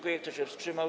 Kto się wstrzymał?